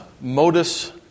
modus